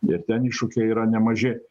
ir ten iššūkiai yra nemaži